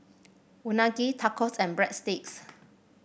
Unagi Tacos and Breadsticks